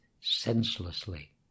senselessly